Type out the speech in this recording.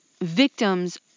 victims